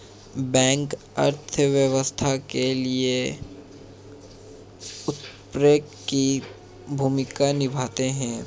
bank अर्थव्यवस्था के लिए उत्प्रेरक की भूमिका निभाते है